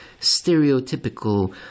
stereotypical